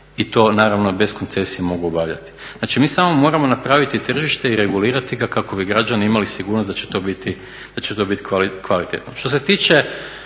i to naravno bez koncesije mogu obavljati. Znači, mi samo moramo napraviti tržište i regulirati ga kako bi građani imali sigurnost da će to biti kvalitetno.